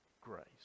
grace